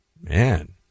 Man